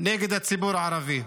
נגד הציבור הערבי.